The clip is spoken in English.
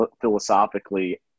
philosophically